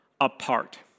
apart